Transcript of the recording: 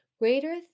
greater